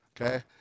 Okay